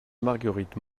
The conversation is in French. marguerite